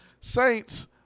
Saints